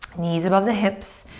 knees above the hips,